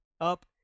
up